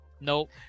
nope